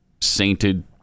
sainted